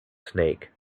snake